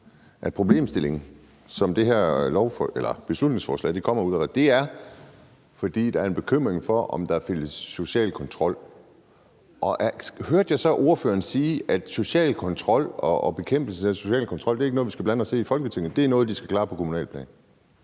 den problemstilling, som det her beslutningsforslag kommer ud af, er, at der er en bekymring for, at social kontrol findes? Og hørte jeg så ordføreren sige, at social kontrol og bekæmpelse af social kontrol ikke er noget, vi skal blande os i i Folketinget, men at det er noget, de skal klare på kommunalt plan?